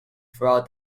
throughout